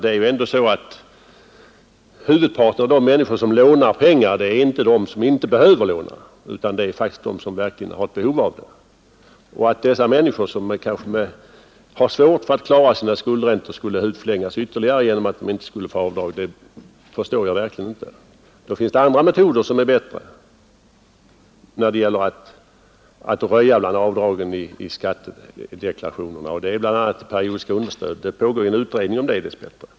Det är ju ändå så att huvudparten av de människor som lånar pengar inte är sådana som inte behöver låna, utan det är faktiskt de som verkligen har ett behov av det. Jag förstår verkligen inte varför dessa människor, som kanske har svårt att klara sina skuldräntor, skulle hudflängas ytterligare genom att de inte skulle få göra avdrag. Det finns andra metoder som är bättre när det gäller att röja bland avdragen i deklarationen, t.ex. avdraget för periodiskt understöd — dess bättre pågår en utredning angående detta.